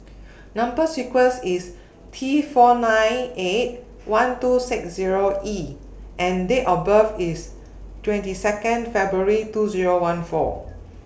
Number sequence IS T four nine eight one two six Zero E and Date of birth IS twenty Second February two Zero one four